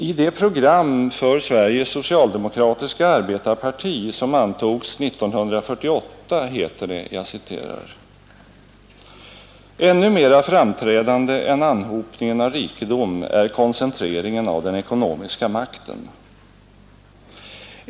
I det program för Sveriges socialdemokratiska arbetareparti som antogs 1948 heter det: ”Ännu mera framträdande än anhopningen av rikedom är koncentreringen av den ekonomiska makten.